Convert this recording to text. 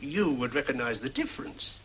you would recognize the difference